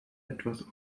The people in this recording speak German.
etwas